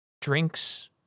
drinks